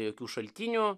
jokių šaltinių